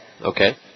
Okay